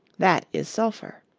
that is sulphur.